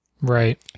Right